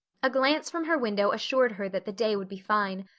a glance from her window assured her that the day would be fine,